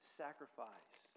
sacrifice